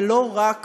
ולא רק